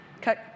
Cut